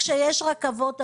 גם כשיש רכבות,